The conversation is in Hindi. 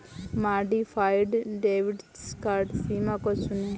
मॉडिफाइड डेबिट कार्ड सीमा को चुनें